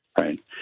right